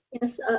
Yes